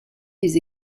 les